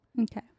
Okay